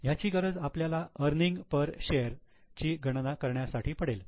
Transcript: ह्याची गरज आपल्याला अर्निंग पर शेअर ची गणना करण्यासाठी पडेल